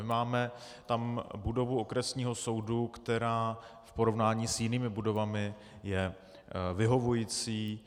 Máme tam budovu okresního soudu, která v porovnání s jinými budovami je vyhovující.